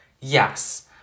Yes